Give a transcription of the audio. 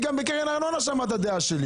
גם בקרן הארנונה שמע את הדעה שלי.